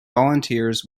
volunteers